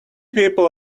people